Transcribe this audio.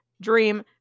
dream